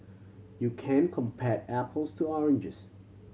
you can't compare apples to oranges